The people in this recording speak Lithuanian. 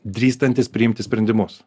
drįstantis priimti sprendimus